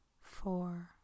four